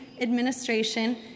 administration